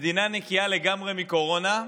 מדינה נקייה לגמרי מקורונה,